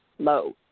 Low